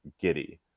giddy